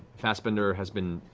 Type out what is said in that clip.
fassbender has been